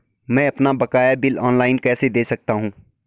मैं अपना बकाया बिल ऑनलाइन कैसे दें सकता हूँ?